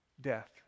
death